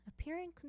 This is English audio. appearing